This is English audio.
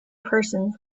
persons